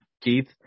Keith